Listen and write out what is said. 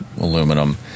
aluminum